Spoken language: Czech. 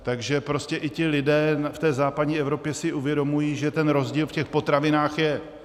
Takže prostě i ti lidé v té západní Evropě si uvědomují, že ten rozdíl v těch potravinách je.